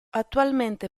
attualmente